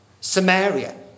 Samaria